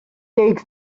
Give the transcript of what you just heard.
takes